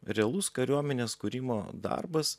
realus kariuomenės kūrimo darbas